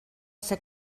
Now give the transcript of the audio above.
ser